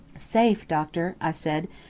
safe, doctor! i said,